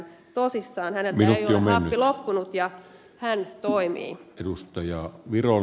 häneltä ei ole happi loppunut ja hän toimii